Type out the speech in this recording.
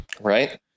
Right